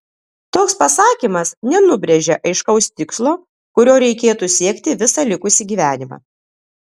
toks pasakymas nenubrėžia aiškaus tikslo kurio reikėtų siekti visą likusį gyvenimą